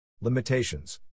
Limitations